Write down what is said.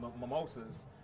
mimosas